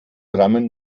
rammen